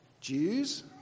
Jews